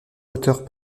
auteurs